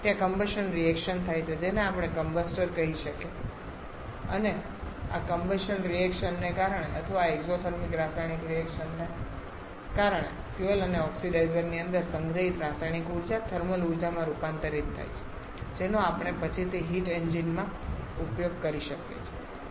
ત્યાં combustion reaction થાય છે જેને આપણે કમ્બસ્ટર કહી શકીએ અને આ કમ્બશન રિએક્શનને કારણે અથવા આ એક્ઝોથર્મિક રાસાયણિક રિએક્શનને કારણે ફ્યુઅલ અને ઓક્સિડાઇઝર ની અંદર સંગ્રહિત રાસાયણિક ઊર્જા થર્મલ ઊર્જામાં રૂપાંતરિત થાય છે જેનો આપણે પછીથી હીટ એન્જિન માં ઉપયોગ કરી શકીએ છીએ